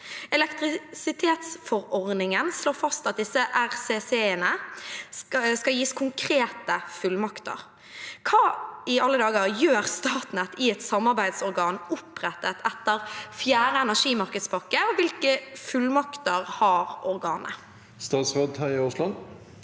Elektrisitetsforordningen slår fast at disse RCC-ene skal gis konkrete fullmakter. Hva gjør Statnett i et samarbeidsorgan opprettet etter 4. energimarkedspakke og hvilke fullmakter har organet?» Statsråd Terje Aasland